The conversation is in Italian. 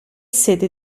sede